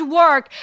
work